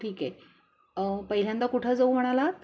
ठीक आहे पहिल्यांदा कुठं जाऊ म्हणालात